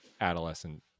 adolescent